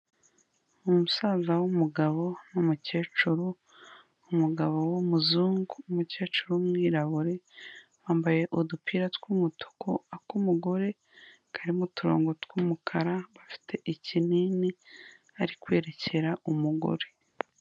Umusaza w'umugabo n'umukecuru, umugabo w'umuzungu, umukecuru w'umwirabura, bambaye udupira tw'umutuku ak'umugore karimo uturongo tw'umukara, bafite ikinini ari kwerekera umugore.